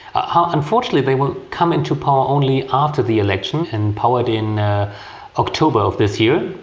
ah unfortunately they will come into power only after the election, and powered in october of this year.